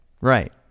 right